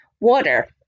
Water